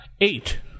Eight